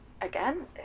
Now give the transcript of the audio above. Again